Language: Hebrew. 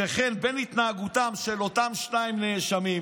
שכן אין בהתנהגותם של אותם שני נאשמים